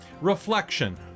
reflection